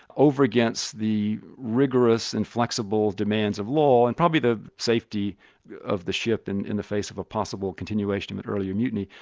over against the rigorous, inflexible demands of law, and probably the safety of the ship and in the face of a possible continuation and of earlier mutiny.